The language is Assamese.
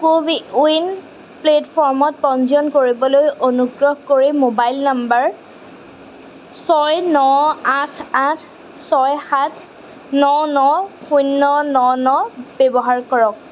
কোবি ৱিন প্লে'টফৰ্মত পঞ্জীয়ন কৰিবলৈ অনুগ্ৰহ কৰি ম'বাইল নম্বৰ ছয় ন আঠ আঠ ছয় সাত ন ন শূণ্য ন ন ব্যৱহাৰ কৰক